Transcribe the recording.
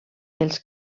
els